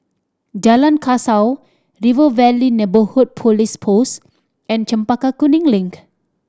Jalan Kasau River Valley Neighbourhood Police Post and Chempaka Kuning Link